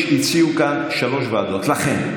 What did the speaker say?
הציעו כאן שלוש ועדות, לכן,